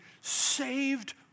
saved